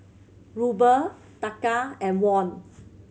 Ruble Taka and Won